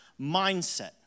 mindset